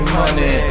money